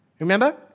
Remember